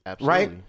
right